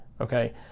okay